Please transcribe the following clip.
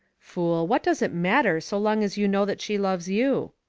fool! what does it matter so long as you know that she loves you?